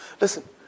listen